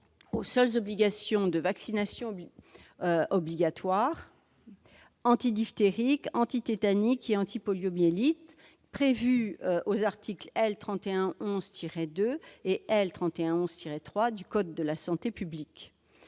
aux seules vaccinations obligatoires-antidiphtérique, antitétanique et antipoliomyélitique -prévues aux articles L. 3111-2 et L. 3111-3 du code de la santé publique.